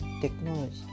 technology